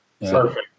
Perfect